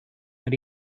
not